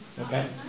Okay